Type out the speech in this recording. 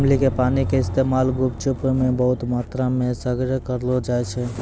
इमली के पानी के इस्तेमाल गुपचुप मे बहुते मात्रामे सगरे करलो जाय छै